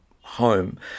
home